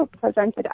presented